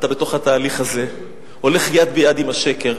אתה בתוך התהליך הזה הולך יד ביד עם השקר.